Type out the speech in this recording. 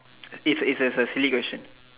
it's it's a it's a silly question